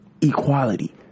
equality